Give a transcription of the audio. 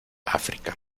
áfrica